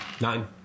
nine